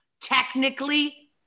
technically